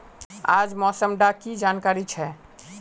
आज मौसम डा की जानकारी छै?